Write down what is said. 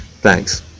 Thanks